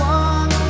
one